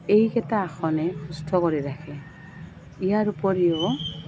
এইকেইটা আসনে সুস্থ কৰি ৰাখে ইয়াৰ উপৰিও